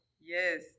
Yes